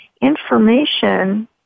information